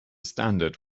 standard